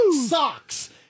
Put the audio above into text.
Socks